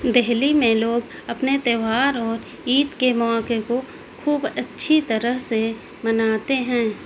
دہلی میں لوگ اپنے تیوہار اور عید کے مواقع کو خوب اچھی طرح سے مناتے ہیں